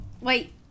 Wait